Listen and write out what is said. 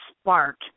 spark